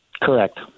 Correct